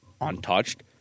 untouched